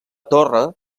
torre